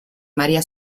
maria